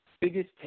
biggest